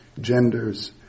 genders